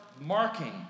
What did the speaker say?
marking